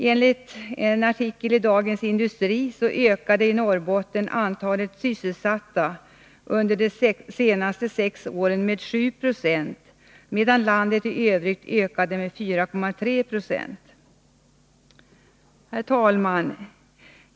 Enligt en artikel i Dagens Industri ökade i Norrbotten antalet sysselsatta med 7 26 medan landet i övrigt ökade med 4,3 20 under de senaste sex åren. Herr talman!